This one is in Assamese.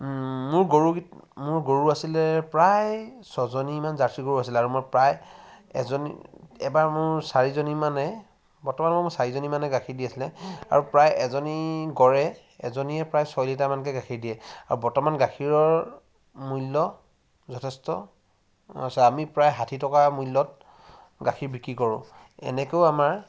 মোৰ গৰু মোৰ গৰু আছিলে প্ৰায় ছজনীমান জাৰ্চি গৰু আছিলে আৰু মই প্ৰায় এবাৰ মোৰ চাৰিজনীমানে বৰ্তমান মোৰ চাৰিজনীমানে গাখীৰ দি আছিলে আৰু প্ৰায় এজনী গড়ে এজনীয়ে প্ৰায় ছয় লিটাৰমানকৈ গাখীৰ দিয়ে আৰু বৰ্তমান গাখীৰৰ মূল্য যথেষ্ট হৈছে আমি প্ৰায় ষাঠি টকা মূল্যত গাখীৰ বিক্ৰী কৰোঁ এনেকৈও আমাৰ